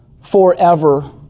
forever